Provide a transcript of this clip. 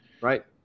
right